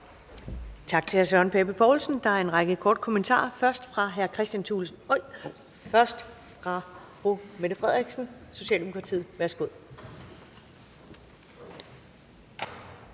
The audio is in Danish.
Tak til hr. Søren Pape Poulsen. Der er en række korte kommentarer, først fra fru Mette Frederiksen, Socialdemokratiet. Værsgo.